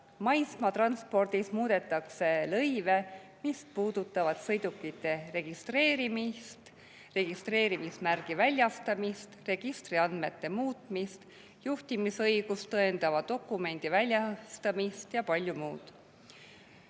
Maismaatranspordis muudetakse lõive, mis puudutavad sõidukite registreerimist, registreerimismärgi väljastamist, registriandmete muutmist, juhtimisõigust tõendava dokumendi väljastamist ja palju muud.